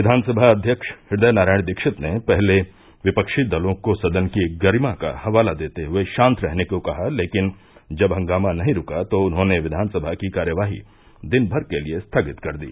विधानसभा अध्यक्ष हदय नारायण दीक्षित ने पहले विपक्षी दलों को सदन की गरिमा का हवाला देते हुये शान्त रहने को कहा लेकिन जब हंगामा नही रूका तो उन्होंने विधानसभा की कार्यवाही दिन भर के लिये स्थगित कर दी